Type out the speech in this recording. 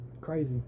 Crazy